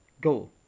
Go